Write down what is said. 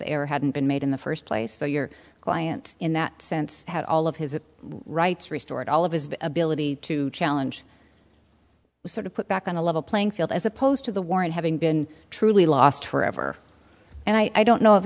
air hadn't been made in the first place so your client in that sense had all of his rights restored all of his ability to challenge sort of put back on a level playing field as opposed to the war and having been truly lost forever and i don't know of